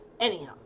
Anyhow